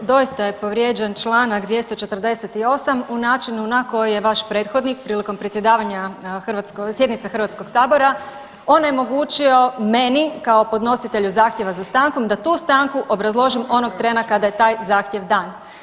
Doista je povrijeđen Članak 248. u načinu na koji je vaš prethodnik prilikom predsjedavanja sjednice Hrvatskog sabora onemogućio meni kao podnositelju zahtjeva za stankom da tu stanku obrazložim onog trena kada je taj zahtjev dan.